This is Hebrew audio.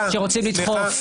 שרוצים לדחוף.